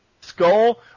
skull